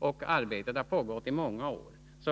och där arbetet pågått i många år.